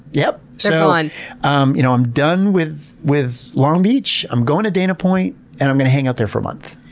yeah so i'm um you know i'm done with with long beach. i'm going to dana point and i'm going to hang out there for month.